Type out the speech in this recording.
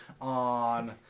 on